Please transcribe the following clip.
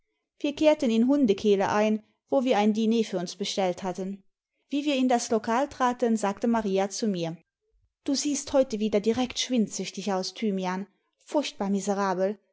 wir kehrten in hundekehle ein wo wir ein diner für uns bestellt hatten wie wir in das lokal traten sagte maria zu mir du siehst heute wieder direkt schwindsüchtig aus thymian furchtbar miserabel